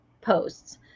posts